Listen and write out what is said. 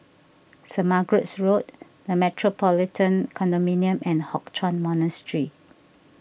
Saint Margaret's Road the Metropolitan Condominium and Hock Chuan Monastery